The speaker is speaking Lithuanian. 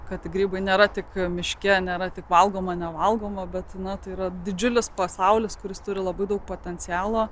kad grybai nėra tik miške nėra tik valgoma nevalgoma bet na tai yra didžiulis pasaulis kuris turi labai daug potencialo